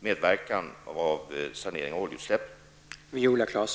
verkningarna av oljeutsläppet.